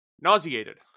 nauseated